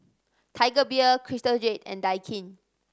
Tiger Beer Crystal Jade and Daikin